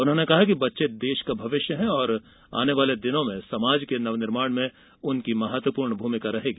उन्होंने कहा कि बच्चे देश का भविष्य हैं आने वाले दिनों में समाज के नवनिर्माण में उनकी महत्वपूर्ण भूमिका रहेगी